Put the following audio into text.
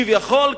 כביכול,